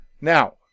Now